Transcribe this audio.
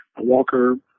Walker